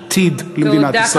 יש עתיד למדינת ישראל.